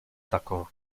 taką